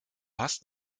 hast